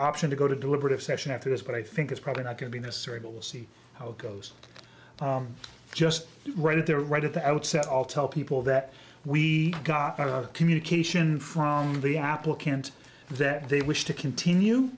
option to go to deliberative session after this but i think it's probably not going to be necessary will see how it goes just right there right at the outset i'll tell people that we got a communication from the applicant that they wish to continue